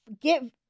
give